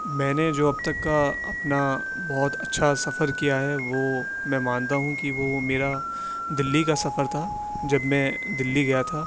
میں نے جو اب تک کا اپنا بہت اچھا سفر کیا ہے وہ میں مانتا ہوں کہ وہ میرا دلی کا سفر تھا جب میں دلی گیا تھا